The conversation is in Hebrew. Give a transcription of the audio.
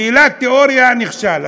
שאלת תיאוריה, נכשל.